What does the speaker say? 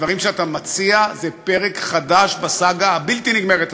הדברים שאתה מציע הם פרק חדש בסאגה הבלתי-נגמרת הזאת,